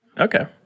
Okay